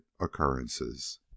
occurrences